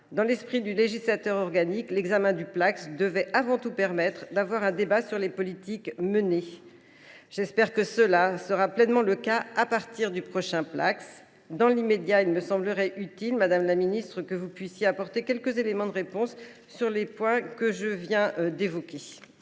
Dans l’esprit du législateur organique, l’examen du Placss doit avant tout permettre d’avoir un débat sur les politiques menées. J’espère que cela sera pleinement le cas à partir du prochain Placss ! Dans l’immédiat, il me semblerait utile, madame la ministre, que vous puissiez apporter quelques éléments de réponse aux points que je viens d’évoquer.